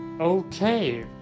Okay